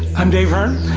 i'm dave hearn,